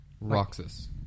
Roxas